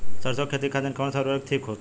सरसो के खेती खातीन कवन सा उर्वरक थिक होखी?